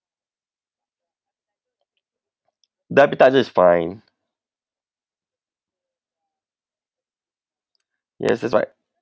the appetiser is fine yes that's right